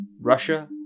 Russia